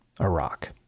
Iraq